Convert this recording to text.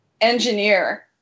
engineer